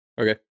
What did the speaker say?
Okay